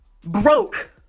broke